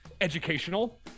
educational